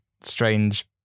strange